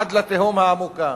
עד לתהום העמוקה,